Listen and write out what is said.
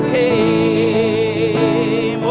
a